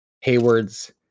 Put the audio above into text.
hayward's